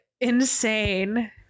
insane